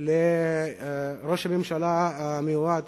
לראש הממשלה המיועד